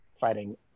fighting